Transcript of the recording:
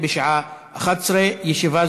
בשעה 11:00. ישיבה